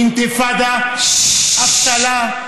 אינתיפאדה, אבטלה,